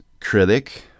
critic